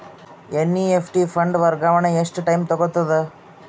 NEFT fund ವರ್ಗಾವಣೆ ಎಷ್ಟ time ತೋಗೊತದ?